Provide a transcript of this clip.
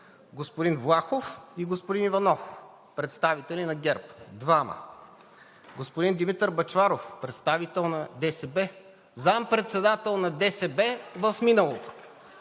Господин Влахов и господин Иванов – представители на ГЕРБ, двама. Господин Димитър Бъчваров – представител на ДСБ, заместник-председател на ДСБ в миналото.